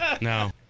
No